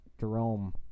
Jerome